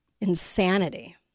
Insanity